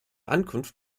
ankunft